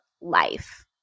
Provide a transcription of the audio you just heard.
life